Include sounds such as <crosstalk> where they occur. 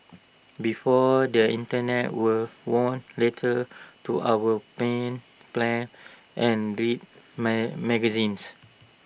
before the Internet were wrote letters to our pen pals and read <unintelligible> magazines